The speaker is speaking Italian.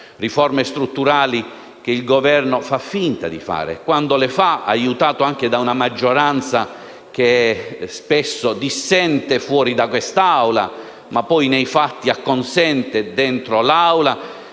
riforme strutturali che il Governo fa finta di fare, quando le fa, aiutato anche da una maggioranza che spesso dissente fuori da quest'Aula, ma che poi, nei fatti, vi acconsente al suo